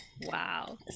Wow